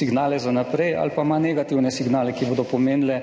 signale za naprej, ali pa ima negativne signale, ki bodo pomenile